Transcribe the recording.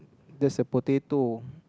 there's a potato